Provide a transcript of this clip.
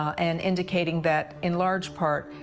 and indicating that in large part,